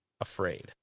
afraid